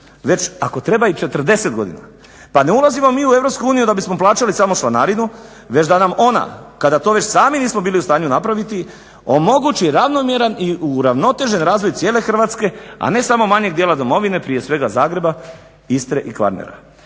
već ako treba i 40 godina. Pa ne ulazimo mi u EU da bismo plaćali samo članarinu, već da nam ona kada to već sami nismo bili u stanju napraviti omogući ravnomjeran i uravnotežen razvoj cijele Hrvatske a ne samo manjeg dijela Domovine prije svega Zagreba, Istre i Kvarnera.